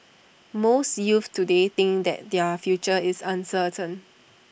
most youths today think that their future is uncertain